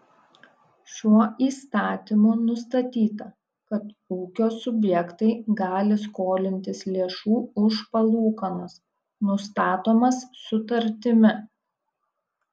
šiuo įstatymu nustatyta kad ūkio subjektai gali skolintis lėšų už palūkanas nustatomas sutartimi